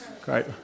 Great